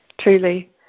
truly